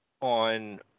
on